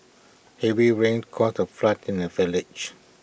heavy rains caused A flood in the village